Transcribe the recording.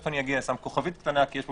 אני שם כוכבית קטנה, כי יש פה